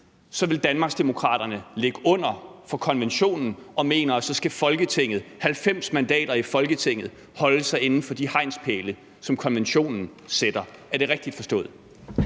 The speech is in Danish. så vil Danmarksdemokraterne ligge under for konventionen og mene, at 90 mandater i Folketinget skal holde sig inden for de hegnspæle, som konventionen sætter? Er det rigtigt forstået?